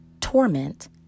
torment